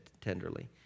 tenderly